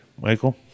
Michael